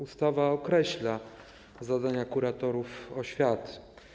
Ustawa określa zadania kuratorów oświaty.